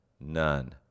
none